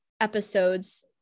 episodes